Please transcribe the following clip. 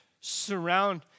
surround